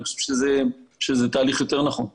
אני חושב שזה תהליך יותר נכון לתקצב,